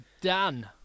done